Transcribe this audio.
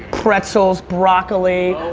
pretzels, broccoli.